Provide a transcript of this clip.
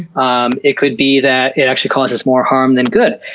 um it could be that it actually causes more harm than good.